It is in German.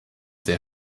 sehr